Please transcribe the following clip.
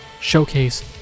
showcase